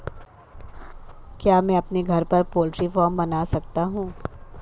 क्या मैं अपने घर पर पोल्ट्री फार्म बना सकता हूँ?